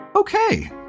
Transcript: Okay